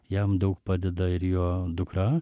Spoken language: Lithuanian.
jam daug padeda ir jo dukra